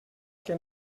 que